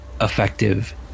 effective